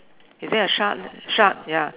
is there a shark shark ya